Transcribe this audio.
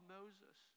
Moses